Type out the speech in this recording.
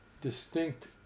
distinct